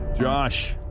Josh